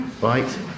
right